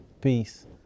Peace